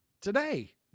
today